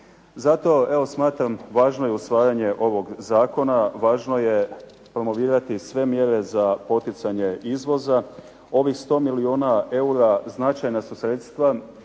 Zato evo smatram važno je usvajanje ovog Zakona, važno je promovirati sve mjere za poticanje izvoza, ovih 11 milijuna eura značajna su sredstva